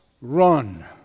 run